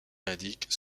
indiquent